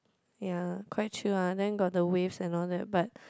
ya quite chilled lah then got the waves and all that but